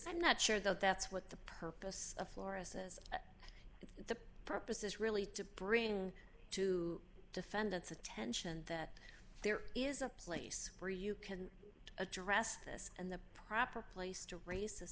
i'm not sure that that's what the purpose of florists is at the purpose is really to bring to defendant's attention that there is a place where you can address this and the proper place to raise